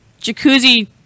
jacuzzi